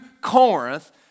Corinth